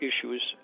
issues